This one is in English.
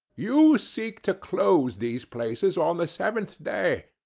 you seek to close these places on the seventh day?